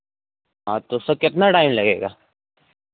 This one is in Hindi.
हाँ तो सर कितना टाइम लगेगा